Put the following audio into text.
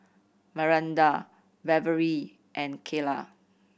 Myranda Beverlee and Keila